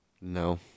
No